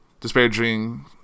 disparaging